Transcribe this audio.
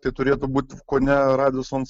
tai turėtų būt kone radisson